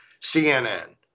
CNN